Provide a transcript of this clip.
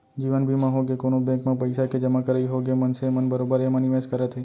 जीवन बीमा होगे, कोनो बेंक म पइसा के जमा करई होगे मनसे मन बरोबर एमा निवेस करत हे